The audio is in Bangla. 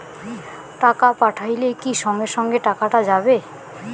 টাকা পাঠাইলে কি সঙ্গে সঙ্গে টাকাটা যাবে?